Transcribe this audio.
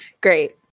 Great